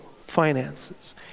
finances